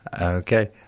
Okay